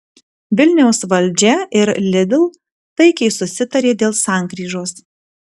vilniaus valdžia ir lidl taikiai susitarė dėl sankryžos